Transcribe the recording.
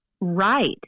Right